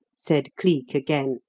said cleek again.